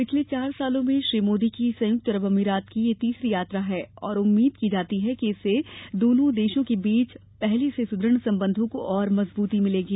पिछले चार वर्षो में श्री मोदी की संयुक्त अरब अमीरात की यह तीसरी यात्रा है और उम्मीद की जाती है कि इससे दोनों देशों के बीच पहले से सुदृढ़ संबंधों को और मजबूती मिलेगी